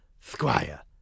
Squire